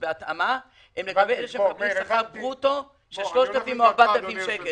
בהתאמה הם לגבי אלה שמקבלים שכר ברוטו של 3,000 או 4,000 שקל.